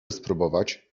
spróbować